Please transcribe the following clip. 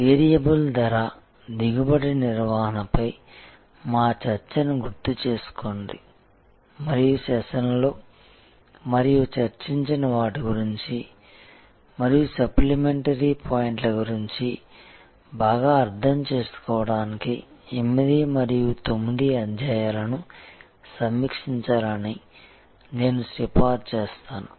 variable ధర దిగుబడి నిర్వహణపై మా చర్చను గుర్తుచేసుకోండి మరియు సెషన్లలో మరియు చర్చించిన వాటి గురించి మరియు సప్లిమెంటరీ పాయింట్ల గురించి బాగా అర్థం చేసుకోవడానికి 8 మరియు 9 అధ్యాయాలను సమీక్షించాలని నేను సిఫార్సు చేస్తాను